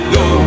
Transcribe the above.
go